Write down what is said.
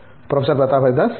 professor Pratap Haridas సరే